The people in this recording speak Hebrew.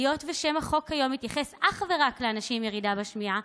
היות ששם החוק כיום מתייחס אך ורק לאנשים עם ירידה בשמיעה,